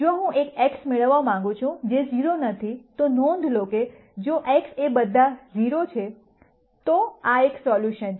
જો હું એક x મેળવવા માંગું છું જે 0 નથી તો નોંધ લો કે જો x એ બધા 0 છે તો આ એક સોલ્યુશન છે